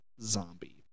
zombie